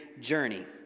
journey